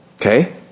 okay